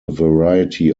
variety